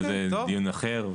זה דיון אחר,